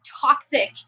toxic